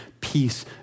peace